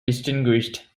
distinguished